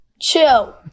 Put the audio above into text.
Chill